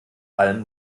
allem